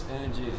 energy